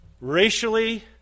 racially